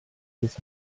his